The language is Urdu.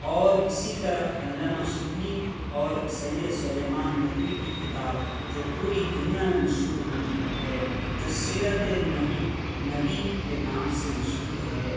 اور اسی طرح علامہ شبلی اور سید سلیمان ندوی کی کتاب جو پوری دنیا میں مشہور ہوئیں ہے جو سیرت نبی نبی کے نام سے مشہور ہے